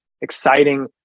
exciting